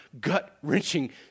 gut-wrenching